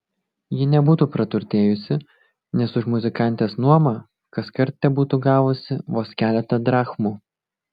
ji nebūtų praturtėjusi nes už muzikantės nuomą kaskart tebūtų gavusi vos keletą drachmų